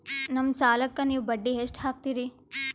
ನಮ್ಮ ಸಾಲಕ್ಕ ನೀವು ಬಡ್ಡಿ ಎಷ್ಟು ಹಾಕ್ತಿರಿ?